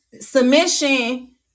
submission